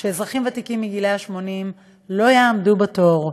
שאזרחים ותיקים מגיל 80 לא יעמדו בתור,